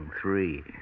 Three